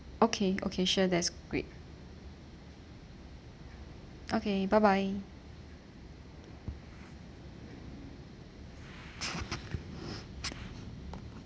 okay okay sure that's great okay bye bye